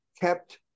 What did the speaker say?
kept